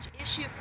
issue